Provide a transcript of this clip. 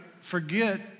forget